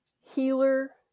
healer